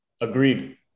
agreed